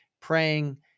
praying